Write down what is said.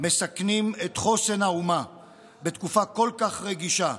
מסכנים את חוסן האומה בתקופה כל כך רגישה?